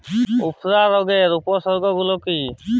উফরা রোগের উপসর্গগুলি কি কি?